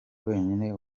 wenyine